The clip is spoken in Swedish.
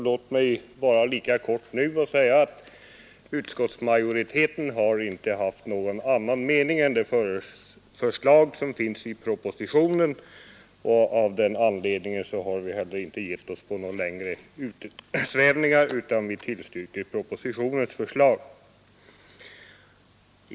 Låt mig nu vara lika kortfattad och säga att utskottsmajoriteten har inte haft någon annan mening än det förslag som finns i propositionen och av den anledningen har vi inte heller gett oss in på några längre utsvävningar utan vi tillstyrker propositionens förslag.